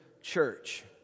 church